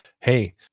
hey